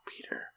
Peter